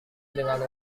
dengan